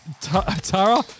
Tara